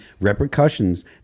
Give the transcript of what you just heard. repercussions